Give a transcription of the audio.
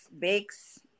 bakes